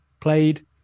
played